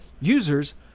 users